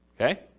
Okay